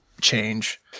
Change